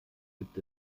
gibt